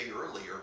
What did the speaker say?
earlier